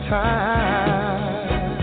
time